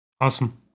awesome